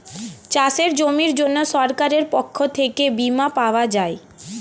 চাষের জমির জন্য সরকারের পক্ষ থেকে বীমা পাওয়া যায়